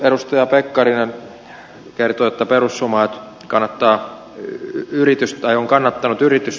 edustaja pekkarinen kertoi että perussuomalaiset ovat kannattaneet yritystukia nyt